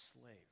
slave